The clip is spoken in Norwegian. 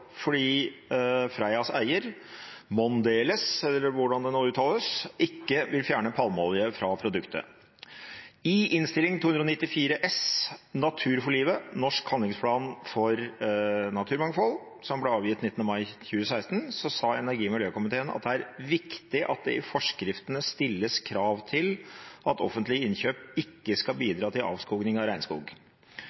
Freias eier, ikke fjerner palmeoljen fra produktet. I Innst. 294 S Natur for livet - Norsk handlingsplan for naturmangfold, avgitt 19. mai 2016, sier energi- og miljøkomiteen at det er viktig at det i forskriftene «stilles krav til at offentlige innkjøp ikke skal